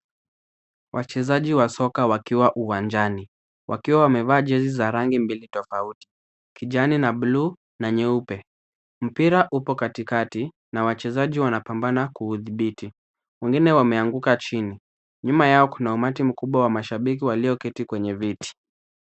Wachezaji wa soka wakiwa uwanjani. Wakiwa wamevaa jezi za rangi mbili tofauti, kijani na buluu na nyeupe. Mpira upo katikati na wachezaji wanapambana kuudhibiti. Wengine wameanguka chini. Nyuma yao kuna umati mkubwa wa mashabiki walio keti kwenye viti.